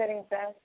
சரிங்க சார்